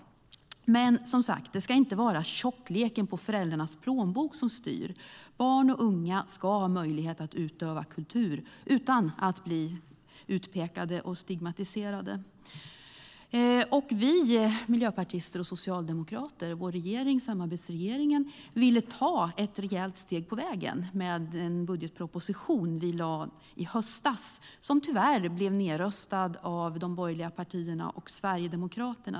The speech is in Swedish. Men det ska inte vara tjockleken på föräldrarnas plånbok som styr. Barn och unga ska ha möjlighet att utöva kultur utan att bli utpekade och stigmatiserade. Vi miljöpartister och socialdemokrater i samarbetsregeringen ville ta ett rejält steg med den budgetproposition vi lade fram i höstas. Tyvärr blev den nedröstad av de borgerliga partierna och Sverigedemokraterna.